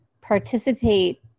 participate